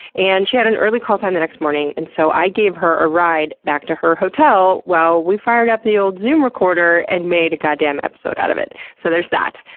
and she had an early call time the next morning, and so i gave her a ride back to her hotel while we fired up the old zoom recorder and made a goddamn episode out of it. so, there's that.